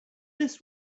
this